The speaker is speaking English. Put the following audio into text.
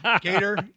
Gator